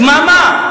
דממה.